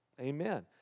Amen